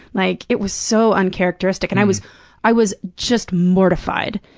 like, it was so uncharacteristic and i was i was just mortified.